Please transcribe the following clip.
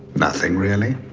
nothing really.